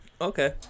Okay